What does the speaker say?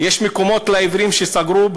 יש מקומות לעיוורים שסגרו,